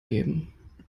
geben